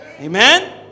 Amen